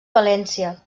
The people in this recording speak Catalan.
valència